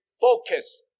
focus